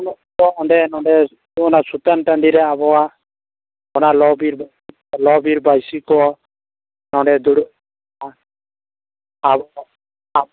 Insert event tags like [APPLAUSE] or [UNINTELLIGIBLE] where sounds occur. ᱚᱸᱰᱮ ᱱᱚᱰᱮ ᱚᱱᱟ ᱥᱩᱛᱟᱹᱱ ᱴᱟᱺᱰᱤ ᱨᱮ ᱟᱵᱚᱣᱟᱜ ᱚᱱᱟ ᱞᱚᱼᱵᱤᱨ ᱫᱚ ᱞᱚᱼᱵᱤᱨ ᱵᱟᱹᱭᱥᱤ ᱠᱚ ᱱᱚᱰᱮ ᱫᱩᱲᱩᱵ [UNINTELLIGIBLE] [UNINTELLIGIBLE]